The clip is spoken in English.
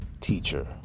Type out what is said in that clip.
teacher